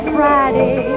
Friday